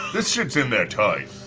this shit's in there tight.